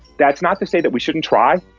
that's not to say that we shouldn't try,